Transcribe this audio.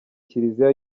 kiliziya